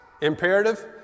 imperative